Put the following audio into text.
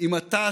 אם אתה,